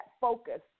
focus